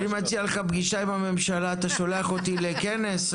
אני מציע לך פגישה עם הממשלה ואתה שולח אותי לכנס?